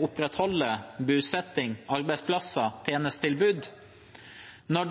opprettholde bosetting, arbeidsplasser og tjenestetilbud, når